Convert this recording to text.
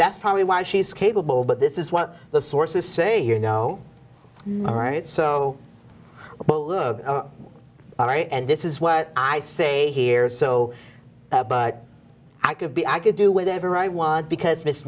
that's probably why she's capable but this is what the sources say you know all right so well look all right and this is what i say here so but i could be i could do whatever i want because miss